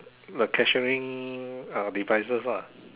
like cashiering uh devices ah